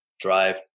drive